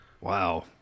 Wow